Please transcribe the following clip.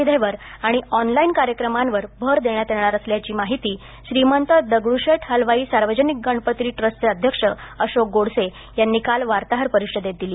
बाप्पांच्या online दर्शन सुविधेवर आणि ऑनलाईन कार्यक्रमांवर भर देण्यात येणार असल्याची माहिती श्रीमंत दगडूशेठ हलवाई सार्वजनिक गणपती ट्रस्टचे अध्यक्ष अशोक गोडसे यांनी काल वार्ताहर परिषदेत दिली